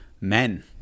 men